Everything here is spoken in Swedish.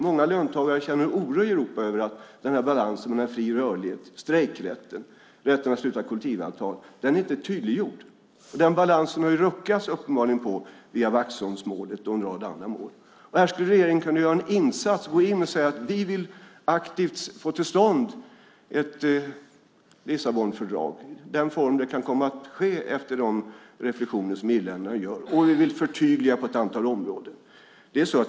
Många löntagare i Europa känner en oro över att den här balansen mellan den fria rörligheten, strejkrätten och rätten att sluta kollektivavtal inte är tydliggjord. Den balansen har uppenbarligen ruckats på via Vaxholmsmålet och en rad andra mål. Här skulle regeringen kunna göra en insats genom att säga att man aktivt vill få till stånd ett Lissabonfördrag i den form det kan komma att ske efter de reflexioner som irländarna gör och att man vill förtydliga på ett antal områden.